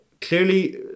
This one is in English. clearly